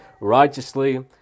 righteously